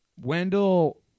Wendell